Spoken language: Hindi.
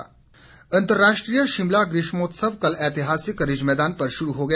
समर फेस्टिवल अंतर्राष्ट्रीय शिमला ग्रीष्मोत्सव कल ऐतिहासिक रिज मैदान पर शुरू हो गया